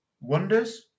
wonders